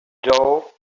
dough